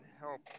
help